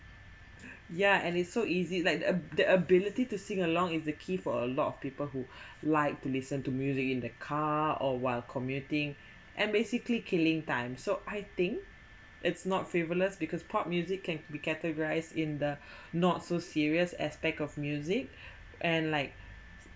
yeah and it's so easy like the the ability to sing along is the key for a lot of people who liked to listen to music in the car or while commuting and basically killing time so I think it's not frivolous because pop music can be categorized in the not so serious aspect of music and like